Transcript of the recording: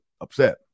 upset